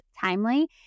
timely